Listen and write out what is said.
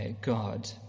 God